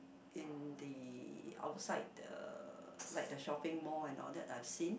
in the outside the like the shopping mall and all that I've seen